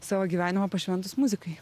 savo gyvenimą pašventus muzikai